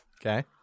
Okay